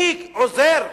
מי עוזר?